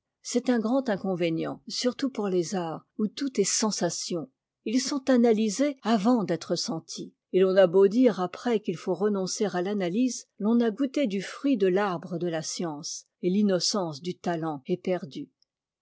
c'est un grand inconvénient surtout pour les arts où tout est sensation ils sont analysés avant d'être sentis et l'on a beau dire après qu'il faut renoncer à l'analyse l'on a goûté du fruit de l'arbre de la science et l'innocence du talent est perdue